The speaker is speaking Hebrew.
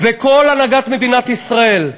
וכל הנהגת מדינת ישראל,